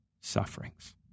sufferings